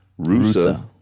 Rusa